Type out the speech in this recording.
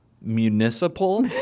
Municipal